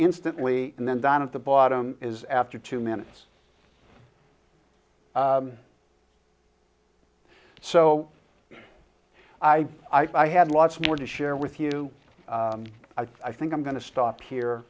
instantly and then down at the bottom is after two minutes so i i had lots more to share with you i think i'm going to stop here